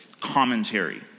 commentary